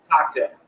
cocktail